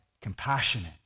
compassionate